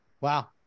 Wow